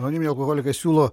anoniminiai alkoholikai siūlo